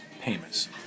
payments